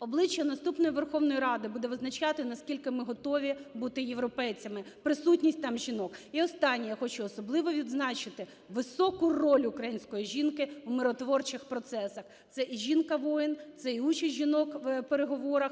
…обличчя наступної Верховної Ради буде визначати, наскільки ми готові бути європейцями, присутність там жінок. І останнє. Я хочу особливо відзначити високу роль української жінки в миротворчих процесах. Це жінка-воїн, це і участь жінок в переговорах